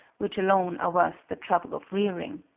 which alone are worth the trouble of rearing.